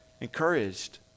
Encouraged